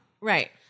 Right